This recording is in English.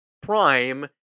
prime